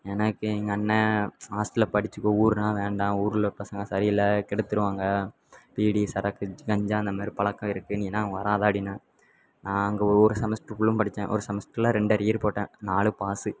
எனக்கு எங்கள் அண்ணன் ஹாஸ்டலில் படிச்சுக்கோ ஊரெல்லாம் வேண்டாம் ஊரில் பசங்கள் சரி இல்லை கெடுத்துடுவாங்க பீடி சரக்கு கஞ்சா அந்தமாதிரி பழக்கம் இருக்குது நீயெல்லாம் வராதே அப்படின்னாங்க நான் அங்கே ஒவ்வொரு செமஸ்டர் ஃபுல்லும் படித்தேன் ஒரு செமஸ்டரில் ரெண்டு அரியர் போட்டேன் நாலு பாஸ்ஸு